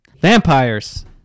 Vampires